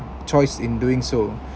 choice in doing so